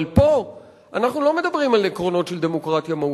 אבל פה אנחנו לא מדברים על עקרונות של דמוקרטיה מהותית,